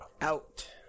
Out